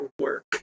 work